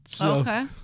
Okay